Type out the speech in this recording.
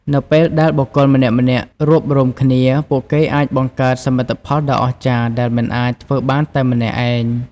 នៅពេលដែលបុគ្គលម្នាក់ៗរួបរួមគ្នា ពួកគេអាចបង្កើតសមិទ្ធផលដ៏អស្ចារ្យដែលមិនអាចធ្វើបានតែម្នាក់ឯង។